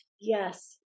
Yes